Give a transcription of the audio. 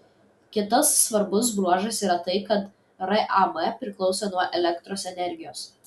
kitas svarbus bruožas yra tai kad ram priklauso nuo elektros energijos